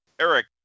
Eric